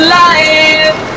life